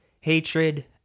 hatred